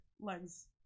legs